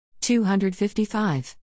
255